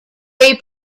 they